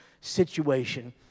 situation